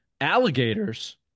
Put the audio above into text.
Alligators